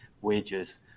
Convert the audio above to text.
wages